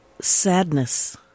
Sadness